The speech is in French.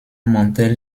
mantel